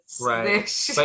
Right